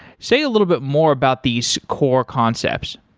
say a little bit more about these core concepts.